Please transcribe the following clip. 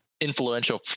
influential